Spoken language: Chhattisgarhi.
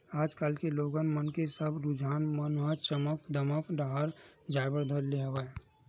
आज कल के लोगन मन के सब रुझान मन ह चमक धमक डाहर जाय बर धर ले हवय